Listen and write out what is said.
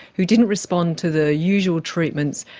who didn't respond to the usual treatments,